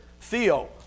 Theo